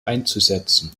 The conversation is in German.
einzusetzen